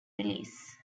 release